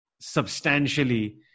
substantially